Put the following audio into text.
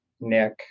Nick